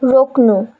रोक्नु